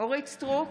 אורית מלכה סטרוק,